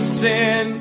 sin